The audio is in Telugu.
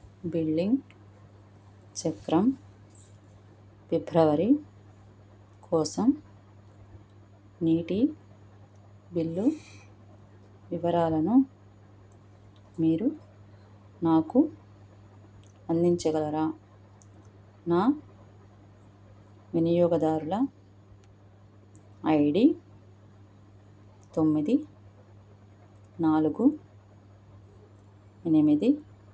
బిల్లింగ్ చక్రం ఫిబ్రవరి కోసం నీటి బిల్లు వివరాలను మీరు నాకు అందించగలరా నా వినియోగదారుల ఐ డీ తొమ్మిది నాలుగు ఎనిమిది